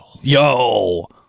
Yo